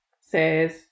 says